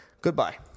Goodbye